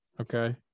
Okay